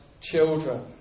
children